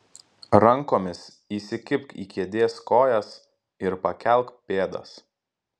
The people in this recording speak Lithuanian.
rankomis įsikibk į kėdės kojas ir pakelk pėdas